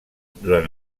durant